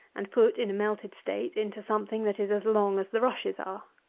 and put in a melted state into something that is as long as the rushes are.